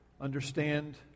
understand